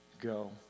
go